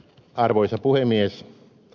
arvoisa puhemies